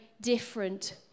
different